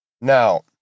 Now